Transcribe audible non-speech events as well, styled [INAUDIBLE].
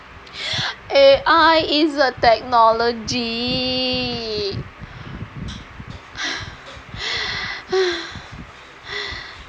A_I is a technology [BREATH]